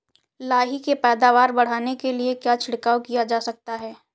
लाही की पैदावार बढ़ाने के लिए क्या छिड़काव किया जा सकता है?